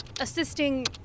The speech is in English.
assisting